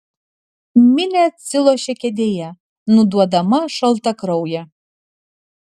minė atsilošė kėdėje nuduodama šaltakrauję